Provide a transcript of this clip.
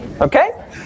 Okay